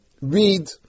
read